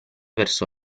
verso